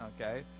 Okay